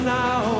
now